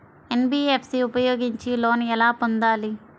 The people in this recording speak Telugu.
ఎన్.బీ.ఎఫ్.సి ఉపయోగించి లోన్ ఎలా పొందాలి?